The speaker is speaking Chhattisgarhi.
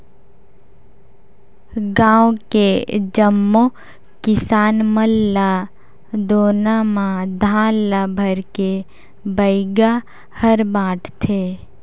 गांव के जम्मो किसान मन ल दोना म धान ल भरके बइगा हर बांटथे